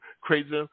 crazy